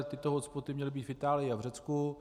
Tyto hotspoty měly být v Itálii a v Řecku.